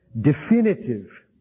definitive